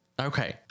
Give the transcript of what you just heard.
Okay